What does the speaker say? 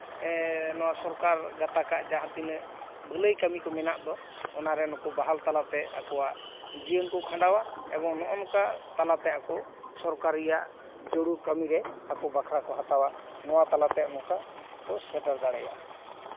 ᱥᱚᱨᱠᱟᱨ ᱜᱟᱛᱟᱠ ᱟᱜ ᱡᱟᱦᱟᱸ ᱛᱤᱱᱟᱹᱜ ᱵᱷᱟᱹᱞᱟᱹᱭ ᱠᱟᱹᱢᱤ ᱠᱚ ᱢᱮᱱᱟᱜ ᱫᱚ ᱚᱱᱟᱨᱮ ᱱᱩᱠᱩ ᱵᱟᱦᱟᱞ ᱛᱟᱞᱟᱛᱮ ᱟᱠᱚᱣᱟᱜ ᱡᱤᱭᱚᱱ ᱠᱚ ᱠᱷᱟᱸᱰᱟᱣᱟ ᱮᱵᱚᱝ ᱱᱚᱜᱼᱚ ᱱᱚᱝᱠᱟ ᱛᱟᱞᱟᱛᱮ ᱟᱠᱚ ᱥᱚᱨᱠᱟᱨ ᱨᱮᱭᱟᱜ ᱡᱩᱲᱩ ᱠᱟᱹᱢᱤᱨᱮ ᱟᱠᱚ ᱵᱟᱠᱷᱨᱟ ᱠᱚ ᱦᱟᱛᱟᱣᱟ ᱱᱚᱣᱟ ᱛᱟᱞᱟᱛᱮ ᱱᱚᱝᱠᱟ ᱠᱚ ᱥᱮᱴᱮᱨ ᱫᱟᱲᱮᱭᱟᱜᱼᱟ